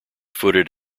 footed